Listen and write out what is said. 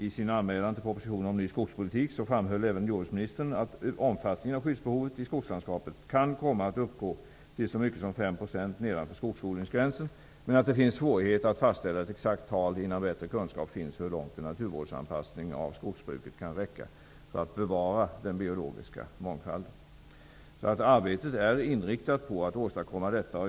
I sin anmälan till propositionen om ny skogspolitik framhöll även jordbruksministern att omfattningen av skyddsbehovet i skogslandskapet kan komma att uppgå till så mycket som 5 % nedanför skogsodlingsgränsen, men att det är svårt att fastställa ett exakt tal innan bättre kunskap finns om hur långt en naturvårdsanpassning av skogsbruket kan räcka för att bevara den biologiska mångfalden. Arbetet är alltså inriktat på att åstadkomma detta.